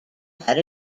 had